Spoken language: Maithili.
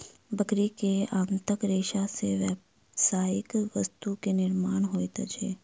बकरी के आंतक रेशा से व्यावसायिक वस्तु के निर्माण होइत अछि